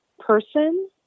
Person